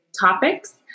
topics